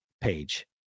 page